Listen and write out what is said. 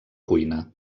cuina